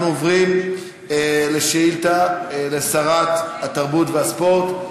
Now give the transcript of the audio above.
אנחנו עוברים לשאילתה לשרת התרבות והספורט.